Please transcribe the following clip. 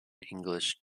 english